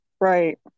right